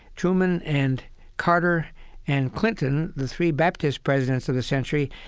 truman and carter and clinton, the three baptist presidents of the century,